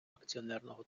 акціонерного